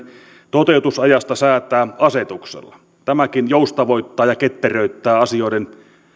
toteutusajasta säätää asetuksella tämäkin joustavoittaa ja ketteröittää asioiden